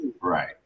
Right